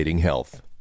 health